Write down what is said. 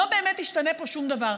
לא באמת ישתנה פה שום דבר,